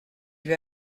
lui